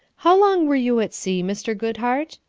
how long were you at sea, mr. goodhart?